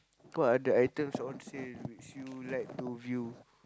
what are the items on sale which you like to view